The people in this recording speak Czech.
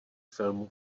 filmů